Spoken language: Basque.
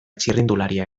txirrindularia